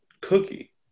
cookie